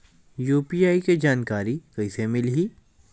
UPI के जानकारी कइसे मिलही?